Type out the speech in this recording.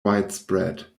widespread